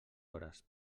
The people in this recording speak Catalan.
hores